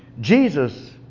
Jesus